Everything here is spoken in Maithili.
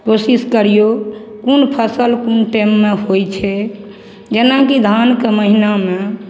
कोशिश करिऔ कोन फसिल कोन टाइममे होइ छै जेनाकि धानके महिनामे